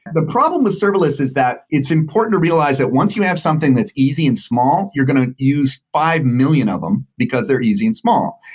the problem with serverless is that it's important to realize that once you have something that's easy and small, you're going to use five million of them because they're easy and small,